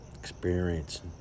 experience